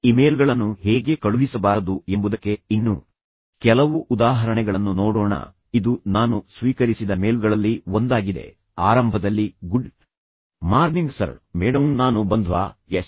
ಇಮೇಲ್ಗಳನ್ನು ಹೇಗೆ ಕಳುಹಿಸಬಾರದು ಎಂಬುದಕ್ಕೆ ಇನ್ನೂ ಕೆಲವು ಉದಾಹರಣೆಗಳನ್ನು ನೋಡೋಣ ಇದು ನಾನು ಸ್ವೀಕರಿಸಿದ ಮೇಲ್ಗಳಲ್ಲಿ ಒಂದಾಗಿದೆ ಆರಂಭದಲ್ಲಿ ಗುಡ್ ಮಾರ್ನಿಂಗ್ ಸರ್ ಮೇಡಂ ನಾನು ಬಂಧ್ವಾ ಎಸ್